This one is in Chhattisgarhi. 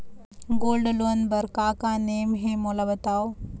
गोल्ड लोन बार का का नेम हे, मोला बताव?